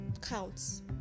counts